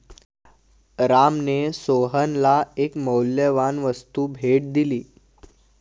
रामने सोहनला एक मौल्यवान वस्तू भेट दिली